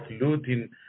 looting